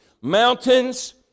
Mountains